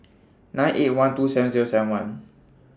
nine eight one two seven Zero seven one